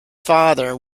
father